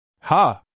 Ha